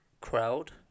crowd